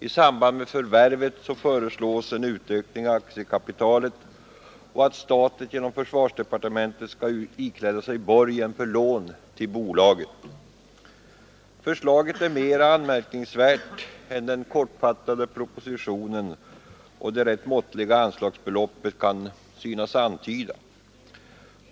I samband med förvärvet föreslås en utökning av aktiekapitalet och att staten genom försvarsdepartementet skall ikläda sig borgen för lån till bolaget. Förslaget är mera anmärkningsvärt än den kortfattade propositionen och det rätt måttliga anslagsbeloppet kan synas antyda.